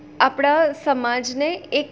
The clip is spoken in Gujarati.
આપણા સમાજને એક